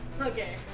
Okay